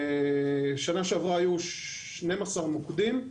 בשנה שעברה היו 12 מוקדים,